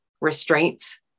restraints